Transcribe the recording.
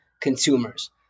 consumers